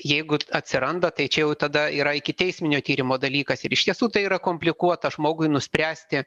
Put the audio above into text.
jeigu atsiranda tai čia jau tada yra ikiteisminio tyrimo dalykas ir iš tiesų tai yra komplikuota žmogui nuspręsti